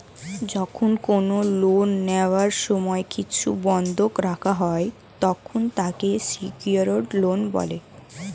যখন কোন লোন নেওয়ার সময় কিছু বন্ধক রাখা হয়, তখন তাকে সিকিওরড লোন বলে